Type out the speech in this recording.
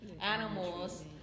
animals